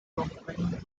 complained